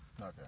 Okay